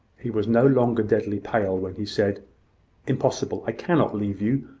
he was no longer deadly pale when he said impossible. i cannot leave you.